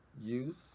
youth